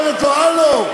אומרת לו: הלו,